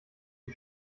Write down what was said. die